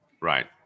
Right